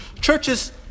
Churches